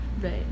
right